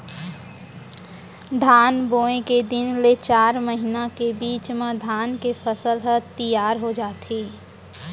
धान बोए के तीन ले चार महिना के बीच म धान के फसल ह तियार हो जाथे